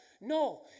no